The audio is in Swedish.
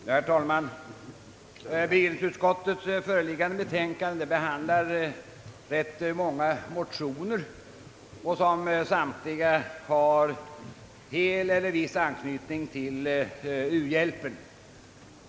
Herr talman! Bevillningsutskottets föreliggande betänkande behandlar rätt många motioner som alla helt eller delvis har anknytning till u-hjälpen.